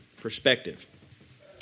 perspective